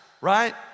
right